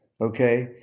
okay